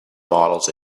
models